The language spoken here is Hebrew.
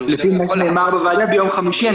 לפי מה שנאמר בוועדה ביום חמישי.